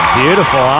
beautiful